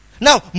Now